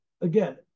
again